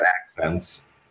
accents